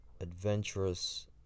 adventurous